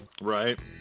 Right